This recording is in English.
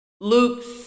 Luke's